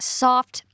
soft